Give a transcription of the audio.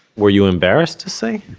were you embarrassed to say?